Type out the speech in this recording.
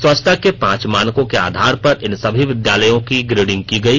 स्वच्छता के पांच मानकों के आधार पर इन सभी विद्यालयों की ग्रेडिंग की गई